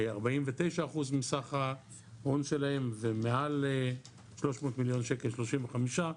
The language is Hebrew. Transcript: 49% מסך ההון שלהם ומעל 300 מיליון שקל -35%.